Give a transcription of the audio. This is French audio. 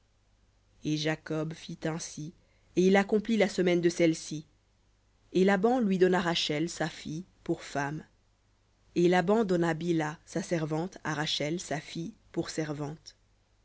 et jacob fit ainsi et il accomplit la semaine de celle-ci et lui donna rachel sa fille pour femme et laban donna bilha sa servante à rachel sa fille pour servante